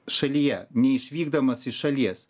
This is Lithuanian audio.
šalyje neišvykdamas iš šalies